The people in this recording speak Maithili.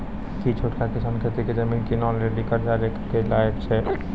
कि छोटका किसान खेती के जमीन किनै लेली कर्जा लै के लायक छै?